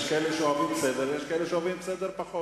יש כאלה שאוהבים סדר ויש כאלה שפחות אוהבים סדר.